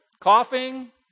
coughing